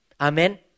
Amen